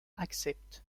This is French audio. accepte